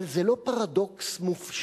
אבל זה לא פרדוקס מופשט